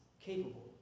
capable